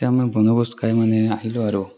তেতিয়া আমি বনভোজ খাই মানে আহিলোঁ আৰু